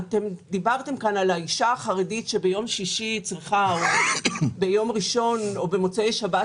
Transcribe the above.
דיברתם כאן על האישה החרדית שצריכה להדיח כלים רבים במוצאי שבת,